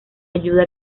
ayuda